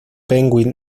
penguin